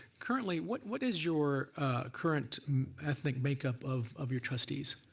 currently what what is your current ethnic make up of of your trustees.